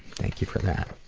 thank you for that.